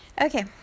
okay